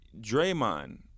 Draymond